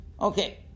Okay